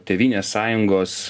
tėvynės sąjungos